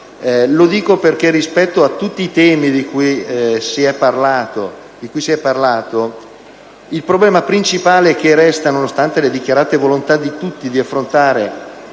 Lo dico perché, rispetto a tutti i temi di cui si è parlato, il problema principale che resta, nonostante le dichiarate volontà di tutti di affrontare